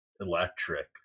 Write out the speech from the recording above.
electric